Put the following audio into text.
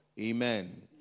Amen